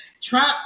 Trump